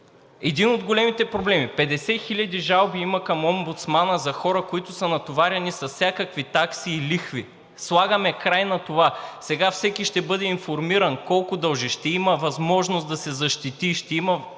Един от големите проблеми – 50 хиляди жалби има към омбудсмана за хора, които са натоварени с всякакви такси и лихви. Слагаме край на това. Сега всеки ще бъде информиран колко дължи. Ще има възможност да се защити. Ще има информиран